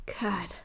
god